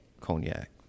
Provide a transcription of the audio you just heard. Cognac